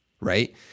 right